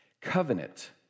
covenant